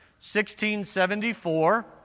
1674